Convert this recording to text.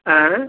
एं